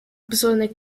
обзорной